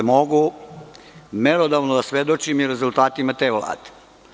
Mogu merodavno da svedočim i rezultatima te Vlade.